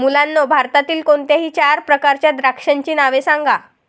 मुलांनो भारतातील कोणत्याही चार प्रकारच्या द्राक्षांची नावे सांगा